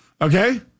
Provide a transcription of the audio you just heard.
Okay